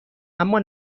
اما